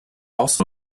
also